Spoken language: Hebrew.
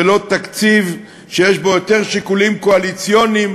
ולא תקציב שיש בו יותר שיקולים קואליציוניים